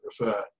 refer